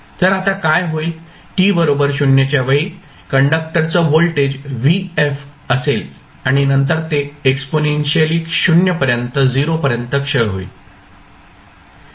तर आता काय होईल t बरोबर 0 च्या वेळी कंडक्टरच व्होल्टेज vf असेल आणि नंतर ते एक्सपोनेन्शियली 0 पर्यंत क्षय होईल